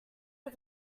are